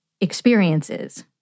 experiences